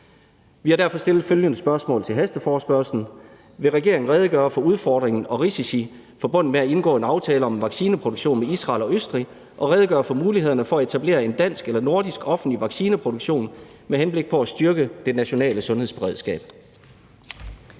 Vi har derfor stillet følgende spørgsmål i hasteforespørgslen: Vil regeringen redegøre for udfordringer og risici forbundet med at indgå en aftale om en vaccineproduktionen med Israel og Østrig og redegøre for mulighederne for at etablere en dansk eller nordisk offentlig vaccineproduktion med henblik på at styrke det nationale sundhedsberedskab?